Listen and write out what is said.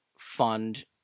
fund